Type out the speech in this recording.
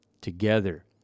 together